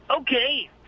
Okay